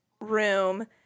room